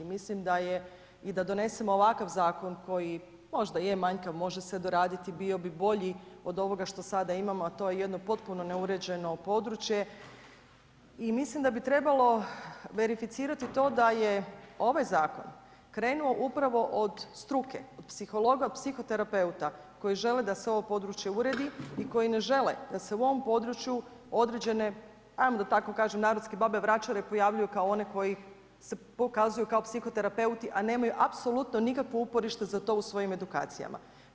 Mislim da i da donesemo ovakav zakon koji možda je manjkav, može se doraditi, bio bi bolji od ovoga što sada imamo a to je jedno potpuno neuređeno područje i mislim da bi trebalo verificirati to da je ovaj zakon krenuo upravo od struke psihologa, psihoterapeuta koji žele da se ovo područje uredi i koji ne žele da se u ovom području određene ajmo da tako kažem narodske babe vračare kao one koji se pokazuju kao psihoterapeuti a nemaju apsolutno nikakvo uporište za to u svojim edukacijama.